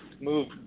move